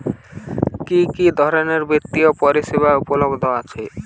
কি কি ধরনের বৃত্তিয় পরিসেবা উপলব্ধ আছে?